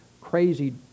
crazy